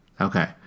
Okay